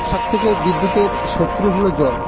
সব থেকে বিদ্যুতের শত্রু হল জল